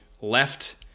left